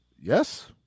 Yes